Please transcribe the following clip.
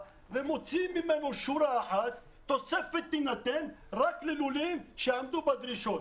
ומוציאים ממנו שורה אחת תוספת תינתן רק ללולים שיעמדו בדרישות.